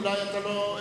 אולי לא הבנת,